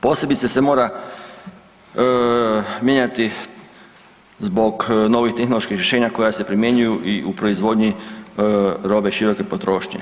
Posebice se mora mijenjati zbog novih tehnoloških rješenja koja se primjenjuju i u proizvodnji robe široke potrošnje.